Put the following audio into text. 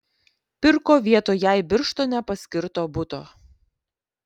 pirko vietoj jai birštone paskirto buto